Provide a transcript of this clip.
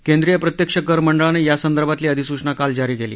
केंद्रीय प्रत्यक्ष कर मंडळानं यासंदर्भातली अधिसूचना काल जारी केली